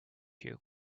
you